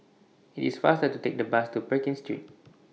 IT IS faster to Take The Bus to Pekin Street